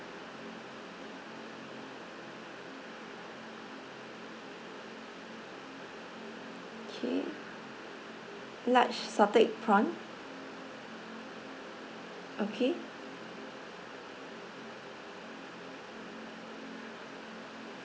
K large salted egg prawn okay